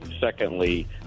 Secondly